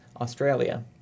Australia